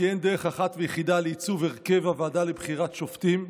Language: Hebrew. כי אין דרך אחת ויחידה לעיצוב הרכב הוועדה לבחירת שופטים.